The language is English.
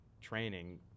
training